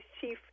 Chief